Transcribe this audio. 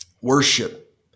Worship